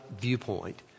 viewpoint